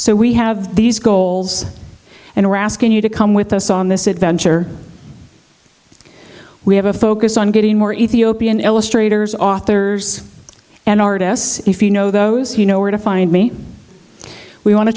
so we have these goals and asking you to come with us on this adventure we have a focus on getting more ethiopian illustrators authors and artists if you know those you know where to find me we want to